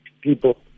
people